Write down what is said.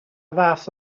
fath